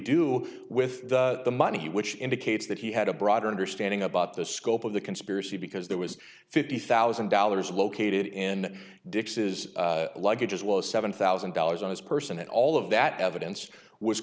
do with the money which indicates that he had a broader understanding about the scope of the conspiracy because there was fifty thousand dollars located in dix's luggage as well as seven thousand dollars on his person and all of that evidence was